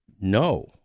no